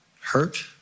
hurt